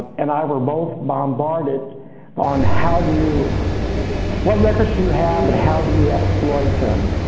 and i were both bombarded on how do you what records do you have and how do you exploit them,